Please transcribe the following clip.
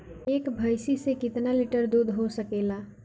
एक भइस से कितना लिटर दूध हो सकेला?